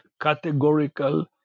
categorical